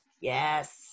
Yes